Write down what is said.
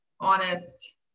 honest